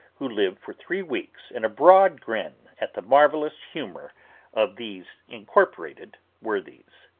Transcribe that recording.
who lived for three weeks in a broad grin at the marvellous humour of these incorporated worthies.